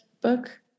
book